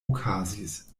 okazis